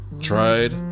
tried